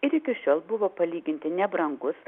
ir iki šiol buvo palyginti nebrangus